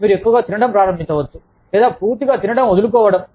మీరు ఎక్కువగా తినడం ప్రారంభించవచ్చు లేదా పూర్తిగా తినడం వదులుకోవడం